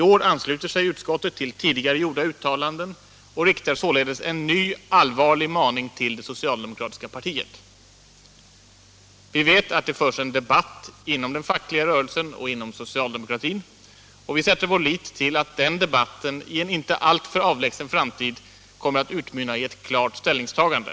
I år ansluter sig utskottet till tidigare gjorda uttalanden och riktar Onsdagen den således en ny allvarlig maning till det socialdemokratiska partiet. 16 mars 1977 Vi vet att det förs en debatt inom den fackliga rörelsen och inom I socialdemokratin, och vi sätter vår lit till att den debatten i en inte alltför — Kollektivanslutning avlägsen framtid kommer att utmynna i ett klart ställningstagande.